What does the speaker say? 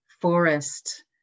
forest